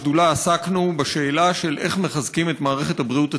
בשדולה עסקנו בשאלה איך מחזקים את מערכת הבריאות הציבורית,